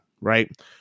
Right